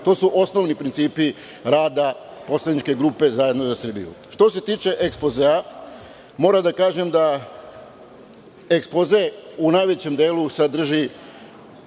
To su osnovni principi rada poslaničke grupe ZZS.Što se tiče ekspozea moram da kažem da ekspoze u najvećem delu sadrži